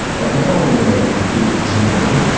but now we know the complete genome,